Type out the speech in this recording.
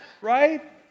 Right